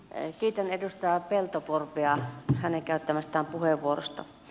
kiitän edustaja peltokorpea hänen käyttämästään puheenvuorosta